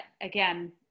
again